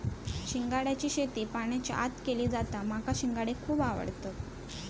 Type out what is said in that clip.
शिंगाड्याची शेती पाण्याच्या आत केली जाता माका शिंगाडे खुप आवडतत